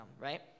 right